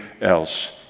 else